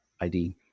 ID